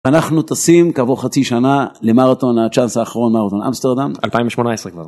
אנחנו טסים כעבור חצי שנה למרתון הצ'אנס האחרון מרתון אמסטרדם. 2018 כבר.